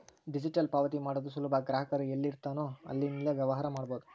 digital ಪಾವತಿ ಮಾಡೋದು ಸುಲಭ ಗ್ರಾಹಕ ಎಲ್ಲಿರ್ತಾನೋ ಅಲ್ಲಿಂದ್ಲೇ ವ್ಯವಹಾರ ಮಾಡಬೋದು